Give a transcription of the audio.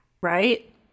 right